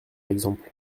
exemple